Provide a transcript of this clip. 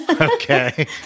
Okay